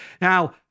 Now